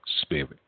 spirit